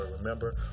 remember